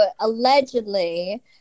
allegedly